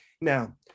Now